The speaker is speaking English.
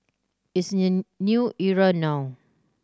it's a new era now